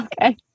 okay